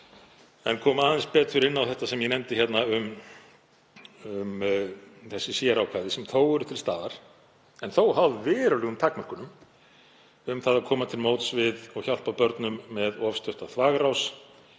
en koma aðeins betur inn á það sem ég nefndi um þau sérákvæði sem þó eru til staðar en þó háð verulegum takmörkunum um að koma til móts við og hjálpa börnum með of stutta þvagrás